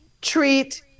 treat